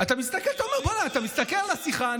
אתה מסתכל על השיחה,